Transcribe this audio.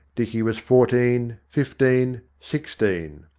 dicky was fourteen, fifteen, sixteen.